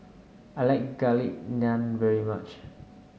I like Garlic Naan very much